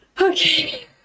Okay